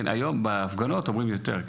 בהפגנות אומרים יותר,